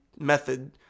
method